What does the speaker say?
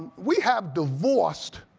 we have divorced